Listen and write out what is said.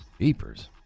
beepers